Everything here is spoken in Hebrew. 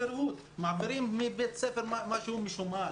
מעבירים לבית הספר ציוד משומש.